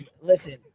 Listen